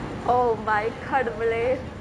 oh my கடவுளே:kadavule